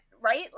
right